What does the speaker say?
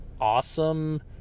awesome